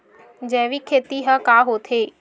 जैविक खेती ह का होथे?